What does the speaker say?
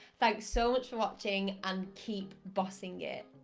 thanks so much for watching and keep bossing it.